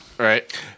Right